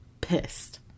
pissed